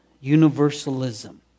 Universalism